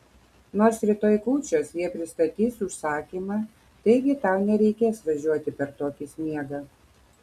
nors rytoj kūčios jie pristatys užsakymą taigi tau nereikės važiuoti per tokį sniegą